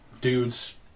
dudes